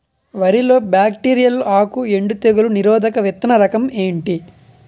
వరి లో బ్యాక్టీరియల్ ఆకు ఎండు తెగులు నిరోధక విత్తన రకం ఏంటి?